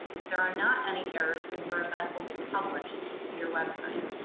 if there are not any errors, then you're event will get published to your website.